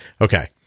Okay